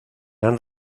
han